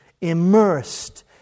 immersed